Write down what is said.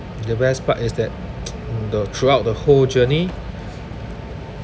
the best part is that mm the throughout the whole journey